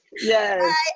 yes